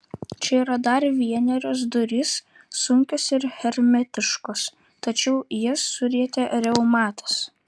čia yra dar vienerios durys sunkios ir hermetiškos tačiau jas surietė reumatas